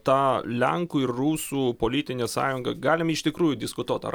ta lenkų ir rusų politinė sąjunga galim iš tikrųjų diskutuot ar